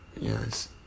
Yes